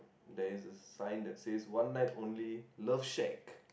there is a side that say one night only love shape